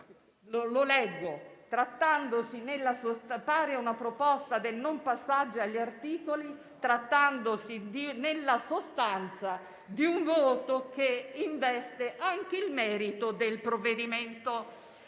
«(...) una proposta di non passaggio agli articoli (...), trattandosi nella sostanza di un voto che investe anche il merito del provvedimento».